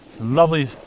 Lovely